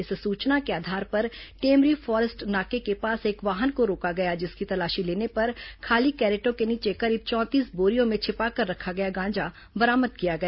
इस सूचना के आधार पर टेमरी फॉरेस्ट नाके के पास एक वाहन को रोका गया जिसकी तलाशी लेने पर खाली कैरेटों के नीचे करीब चौंतीस बोरियों में छिपाकर रखा गया गांजा बरामद किया गया